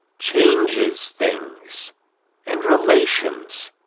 changes things and relations